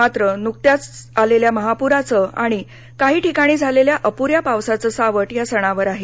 मात्र नुकत्याच आलेल्या महापुराचं आणि काही ठिकाणी झालेल्या अपूऱ्या पावसाचं सावट या सणावर आहे